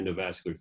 endovascular